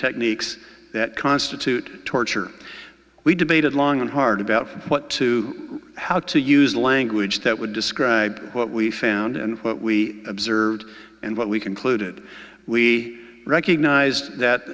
techniques that constitute torture we debated long and hard about what to how to use the language that would describe what we found and what we observed and what we concluded we recognized that